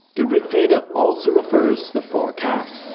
the rig veda also refers to the four castes.